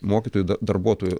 mokytojų da darbuotojų